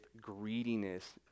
greediness